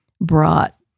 brought